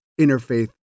interfaith